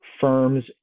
firms